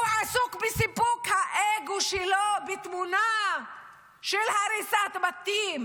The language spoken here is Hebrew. הוא עסוק בסיפוק האגו שלו בתמונה של הריסת בתים